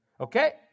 okay